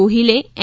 ગોહિલે N